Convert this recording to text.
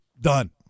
Done